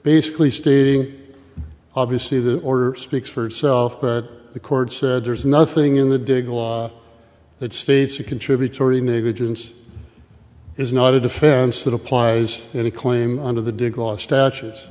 basically stating obviously the order speaks for itself but the court said there is nothing in the dig law that states a contributory negligence is not a defense that applies any claim under the declaw statutes